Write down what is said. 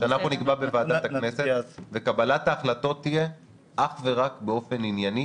שאנחנו נקבע בוועדת הכנסת וקבלת ההחלטות תהיה אך ורק באופן ענייני